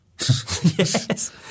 yes